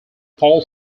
paul